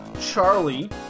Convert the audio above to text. Charlie